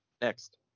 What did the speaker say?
next